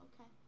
Okay